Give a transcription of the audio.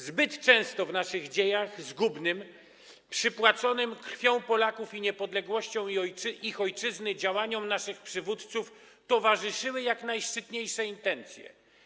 Zbyt często w naszych dziejach zgubnym, przypłaconym krwią Polaków i niepodległością ich ojczyzny działaniom naszych przywódców towarzyszyły jak najszczytniejsze intencje.